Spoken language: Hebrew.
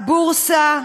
הבורסה,